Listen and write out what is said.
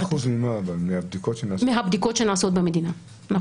10% ממה, מהבדיקות שנעשות במדינה?